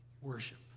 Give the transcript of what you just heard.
worship